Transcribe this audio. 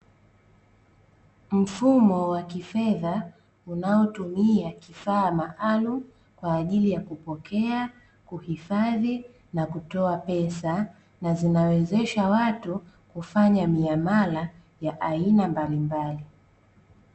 Mfumo wa kifedha unaotumia kifaa maalum kwaajili ya kupokea, kuhifadhi na kutoa pesa na zinawezesha watu kufanya miamala ya aina mbalimbali.